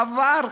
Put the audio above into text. עבר,